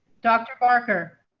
dr. parker.